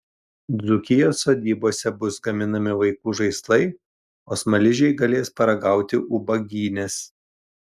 dzūkijos sodybose bus gaminami vaikų žaislai o smaližiai galės paragauti ubagynės